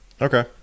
Okay